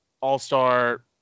all-star